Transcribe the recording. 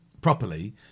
properly